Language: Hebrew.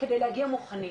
כדי להגיע מוכנים,